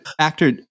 actor